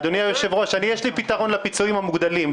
אדוני היושב-ראש, יש לי פתרון לפיצויים המוגדלים.